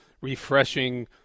refreshing